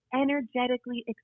energetically